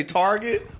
target